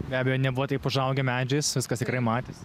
be abejo nebuvo taip užaugę medžiais viskas tikrai matėsi